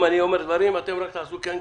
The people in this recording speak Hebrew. אם אני אומר דברים אתם רק תעשו כן,